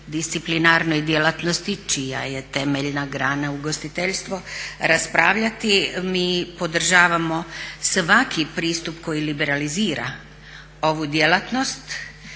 interdisciplinarnoj djelatnosti čija je temeljna grana ugostiteljstvo raspravljati. Mi podržavamo svaki pristup koji liberalizira ovu djelatnost,